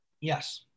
Yes